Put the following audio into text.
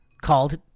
called